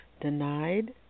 denied